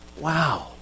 wow